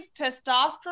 testosterone